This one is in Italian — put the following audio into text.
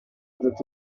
tutti